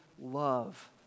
love